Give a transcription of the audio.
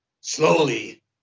slowly